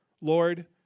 Lord